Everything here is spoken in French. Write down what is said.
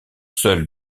seul